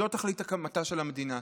זו תכלית הקמתה של המדינה.